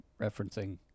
referencing